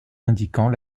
indiquant